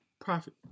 profit